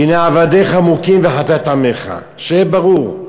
והנה עבדך מֻכים וחטאת עַמֶך." שיהיה ברור,